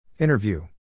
Interview